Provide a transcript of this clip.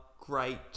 great